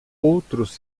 outros